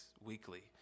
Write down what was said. weekly